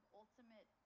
ultimate